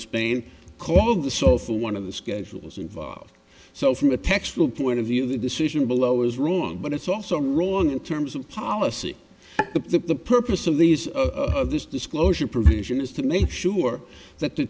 spain called the sofa one of the schedules involved so from a textual point of view the decision below is wrong but it's also wrong in terms of policy but the purpose of the use of this disclosure provision is to make sure that the